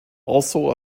also